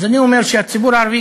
אז אני אומר שהציבור הערבי,